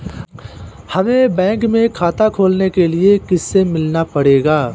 हमे बैंक में खाता खोलने के लिए किससे मिलना पड़ेगा?